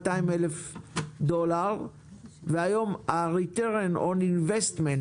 200 אלף דולר והיום Return On Investment,